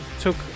took